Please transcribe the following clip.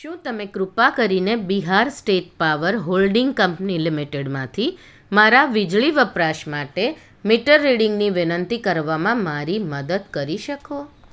શું તમે કૃપા કરીને Bihar state power holding company લિમિટેડમાંથી મારા વીજળી વપરાશ માટે મીટર રીડિંગની વિનંતી કરવામાં મારી મદદ કરી શકો